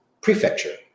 prefecture